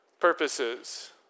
purposes